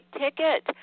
ticket